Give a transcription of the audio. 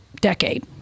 decade